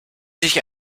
sich